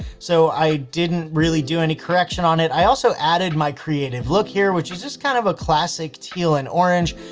so i didn't really do any correction on it. i also added my creative look here, which is just kind of a classic, teal and orange.